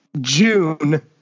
June